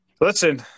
Listen